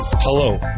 Hello